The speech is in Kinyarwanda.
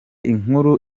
inkuru